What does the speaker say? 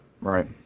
Right